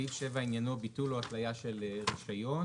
סעיף 7 עניינו ביטול או התלייה של רישיון.